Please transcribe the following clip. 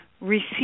receive